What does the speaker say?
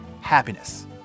happiness